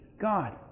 God